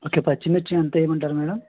okay పచ్చిమిర్చి ఎంత వెయ్యమంటారు మేడం